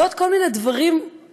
ועוד כל מיני דברים נוראים,